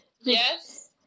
Yes